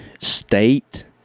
state